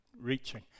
reaching